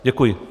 Děkuji.